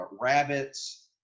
rabbits